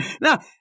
now